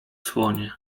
słonie